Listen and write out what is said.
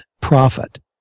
profit